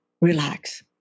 relax